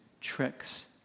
tricks